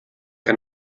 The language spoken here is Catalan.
que